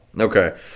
Okay